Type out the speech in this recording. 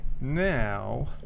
now